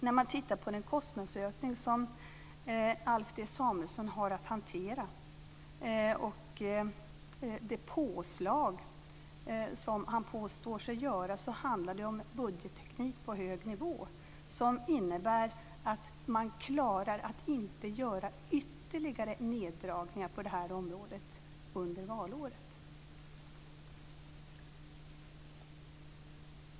När man ser på den kostnadsökning som Alf T. Samuelsson har att hantera och det påslag han påstår sig göra, finner man att det handlar om budgetteknik på hög nivå som innebär att man klarar att inte göra ytterligare neddragningar på det här området under valåret.